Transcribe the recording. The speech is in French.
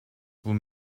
vous